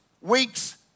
weeks